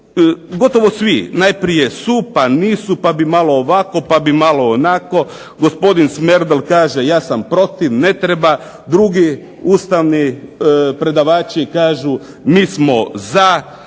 gotovo svi, najprije su pa nisu pa bi malo ovako pa bi malo onako. Gospodin Smerdel kaže ja sam protiv ne treba, drugi ustavni predavači kažu mi smo za,